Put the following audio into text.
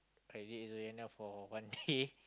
I date Zayana for one day